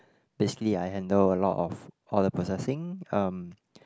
basically I handle a lot of all the processing um